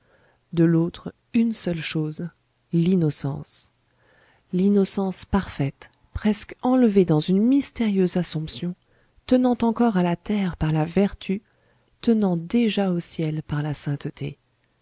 de l'autre une seule chose l'innocence l'innocence parfaite presque enlevée dans une mystérieuse assomption tenant encore à la terre par la vertu tenant déjà au ciel par la sainteté